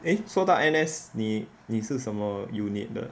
eh 说到 N_S 你你是什么 unit 的